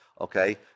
okay